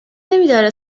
نمیداره